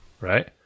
right